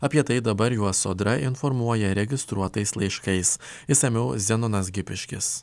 apie tai dabar juos sodra informuoja registruotais laiškais išsamiau zenonas gipiškis